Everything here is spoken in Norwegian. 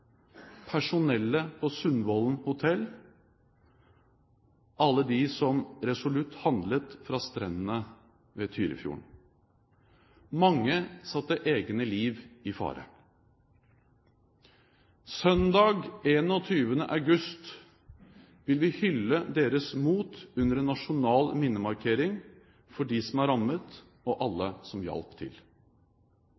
på Sundvolden Hotel og alle dem som resolutt handlet fra strendene ved Tyrifjorden. Mange satte egne liv i fare. Søndag 21. august vil vi hylle deres mot under en nasjonal minnemarkering for dem som er rammet, og alle